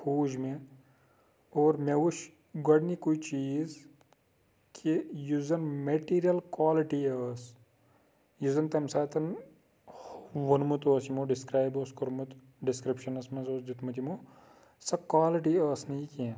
کھوٗج مےٚ اور مےٚ وُچھ گۄڈنِکُے چیٖز کہِ یُس زَن میٹیٖریَل کالٹی ٲس یُس زَن تَمہِ ساتَن ووٚنمُت اوس یِمو ڈِسکرایب اوس کوٚرمُت ڈِسکِرٛپشَنَس منٛز اوس دیُتمُت یِمو سۄ کالٹی ٲس نہٕ یہِ کینٛہہ